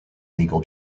legal